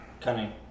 Cunning